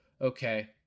Okay